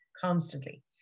constantly